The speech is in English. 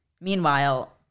Meanwhile